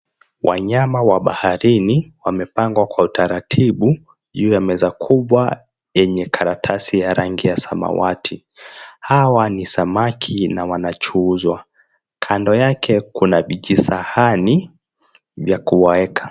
Wanyama wa baharini wamepangwa kwa utaratibu juu ya meza kubwa yenye karatasi ya rangi ya samawati. Hawa ni samaki na wanachuuzwa. Kando yake kuna vijisahani wa kuwaweka.